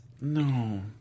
No